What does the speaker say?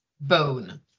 bone